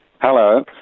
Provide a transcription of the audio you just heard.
Hello